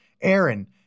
Aaron